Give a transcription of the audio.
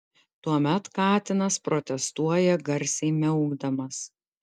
tuomet katinas protestuoja garsiai miaukdamas